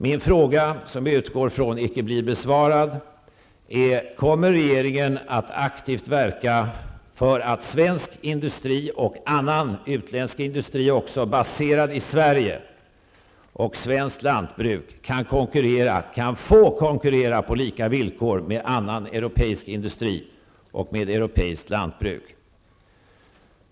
Min fråga, som vi utgår från icke blir besvarad, är: Kommer regeringen att aktivt verka för att svensk industri, utländsk industri baserad i Sverige och svenskt lantbruk kan konkurrera -- kan få konkurrera -- på lika villkor med annan europeisk industri och med europeiskt lantbruk?